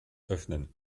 öffnen